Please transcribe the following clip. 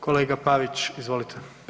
Kolega Pavić, izvolite.